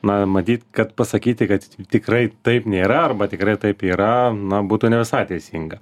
na matyt kad pasakyti kad tikrai taip nėra arba tikrai taip yra na būtų ne visai teisinga